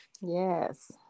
Yes